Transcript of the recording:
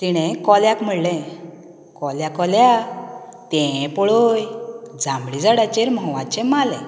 तिणें कोल्याक म्हणलें कोल्या कोल्या तें पळय जांबळे झाडाचेर म्होवाचें मालें